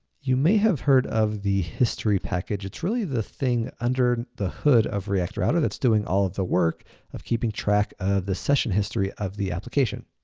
you may have heard of the history package. it's really the thing under the hood of react router that's doing all of the work of keeping track of the session history of the application.